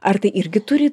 ar tai irgi turi